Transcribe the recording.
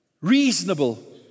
reasonable